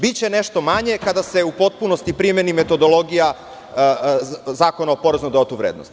Biće nešto manje kada se u potpunosti primeni metodologija Zakona o PDV.